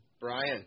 Brian